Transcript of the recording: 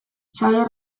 xabier